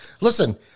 Listen